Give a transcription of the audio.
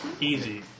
easy